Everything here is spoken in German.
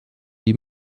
die